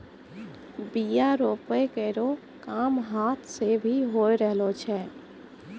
बीया रोपै केरो काम हाथ सें भी होय रहलो छै